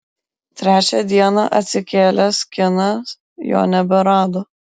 trečią dieną atsikėlęs kinas jo neberado